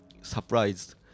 surprised